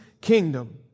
kingdom